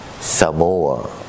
Samoa